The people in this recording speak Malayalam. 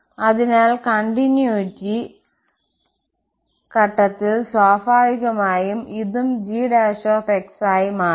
അതിനാൽ കണ്ടിന്യൂയിറ്റി ഘട്ടത്തിൽ സ്വാഭാവികമായും ഇതും g ആയി മാറും